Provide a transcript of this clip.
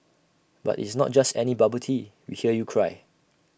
but it's not just any bubble tea we hear you cry